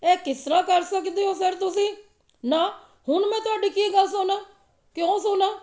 ਇਹ ਕਿਸ ਤਰ੍ਹਾਂ ਕਰ ਸਕਦੇ ਹੋ ਸਰ ਤੁਸੀਂ ਨਾ ਹੁਣ ਮੈਂ ਤੁਹਾਡੀ ਕੀ ਗੱਲ ਸੁਣਾ ਕਿਉਂ ਸੁਣਾ